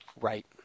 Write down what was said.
right